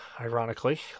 ironically